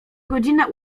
godzina